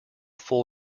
full